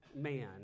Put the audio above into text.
man